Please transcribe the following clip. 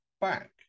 back